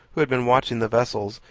who had been watching the vessels,